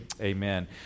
Amen